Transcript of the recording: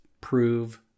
prove